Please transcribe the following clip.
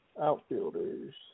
Outfielders